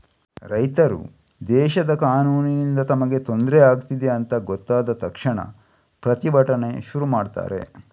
ರೈತರು ದೇಶದ ಕಾನೂನಿನಿಂದ ತಮಗೆ ತೊಂದ್ರೆ ಆಗ್ತಿದೆ ಅಂತ ಗೊತ್ತಾದ ತಕ್ಷಣ ಪ್ರತಿಭಟನೆ ಶುರು ಮಾಡ್ತಾರೆ